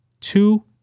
Two